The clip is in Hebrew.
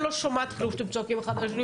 אני לא שומעת כלום כשאתם צועקים אחד על השני,